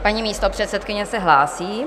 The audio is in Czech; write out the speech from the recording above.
Paní místopředsedkyně se hlásí.